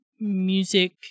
music